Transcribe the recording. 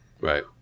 Right